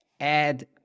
add